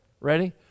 ready